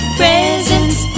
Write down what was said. presents